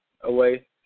away